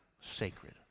sacred